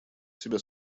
себя